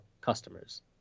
customers